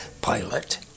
pilot